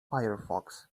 firefox